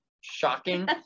shocking